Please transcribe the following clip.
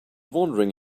wondering